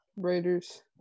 Raiders